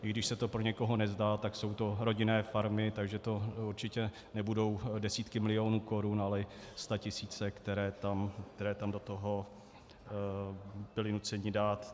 I když se to pro někoho nezdá, tak jsou to rodinné farmy, takže to určitě nebudou desítky milionů korun, ale statisíce, které do toho byli nuceni dát.